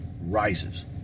rises